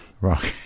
Rock